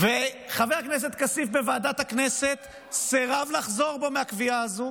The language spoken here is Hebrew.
וחבר הכנסת כסיף בוועדת הכנסת סירב לחזור בו מהקביעה הזו,